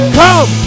come